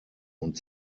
und